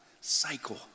cycle